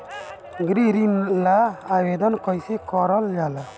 गृह ऋण ला आवेदन कईसे करल जाला?